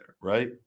Right